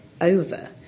over